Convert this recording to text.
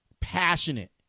passionate